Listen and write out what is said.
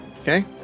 Okay